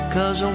Cause